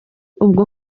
ubwo